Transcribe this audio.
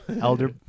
elder